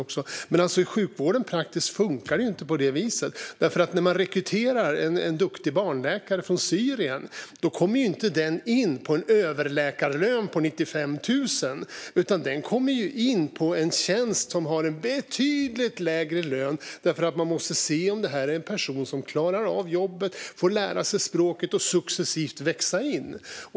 Men det funkar inte på det viset i sjukvården i praktiken, för när man rekryterar en duktig barnläkare från Syrien kommer han eller hon inte in på en överläkarlön på 95 000, utan de kommer in på en tjänst som har en betydligt lägre lön. Man måste ju se om detta är en person som klarar av jobbet. De får sedan lära sig språket och successivt växa in.